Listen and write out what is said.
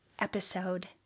episode